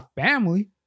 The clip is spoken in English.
family